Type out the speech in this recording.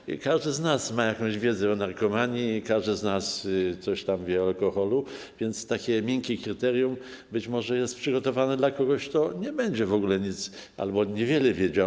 Przecież każdy z nas ma jakąś wiedzę o narkomanii i każdy z nas coś wie o alkoholu, więc takie miękkie kryterium być może jest przygotowane dla kogoś, kto nie będzie w ogóle nic albo niewiele wiedział.